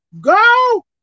Go